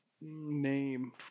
name